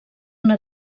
una